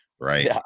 Right